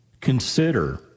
consider